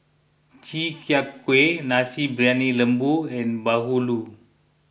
Chi Kak Kuih Nasi Briyani Lembu and Bahulu